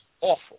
awful